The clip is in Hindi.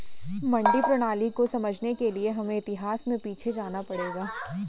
मंडी प्रणाली को समझने के लिए हमें इतिहास में पीछे जाना पड़ेगा